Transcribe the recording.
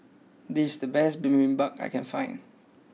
this is the best Bibimbap I can find